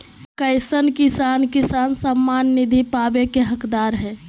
कईसन किसान किसान सम्मान निधि पावे के हकदार हय?